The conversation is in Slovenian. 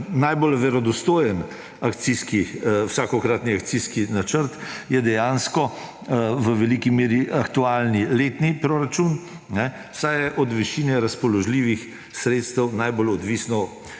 Najbolj verodostojen vsakokratni akcijski načrt je dejansko v veliki meri aktualni letni proračun, saj je od višine razpoložljivih sredstev najbolj odvisno